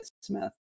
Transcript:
Smith